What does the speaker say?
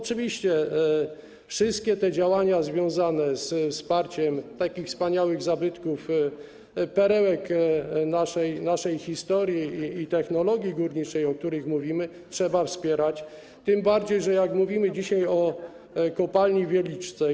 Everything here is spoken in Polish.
Oczywiście wszystkie te działania związane ze wsparciem takich wspaniałych zabytków, perełek naszej historii i technologii górniczej, o których mówimy, trzeba wspierać, tym bardziej że jak mówimy dzisiaj o kopalni w Wieliczce, to.